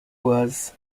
was